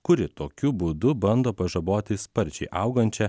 kuri tokiu būdu bando pažaboti sparčiai augančią